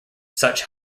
such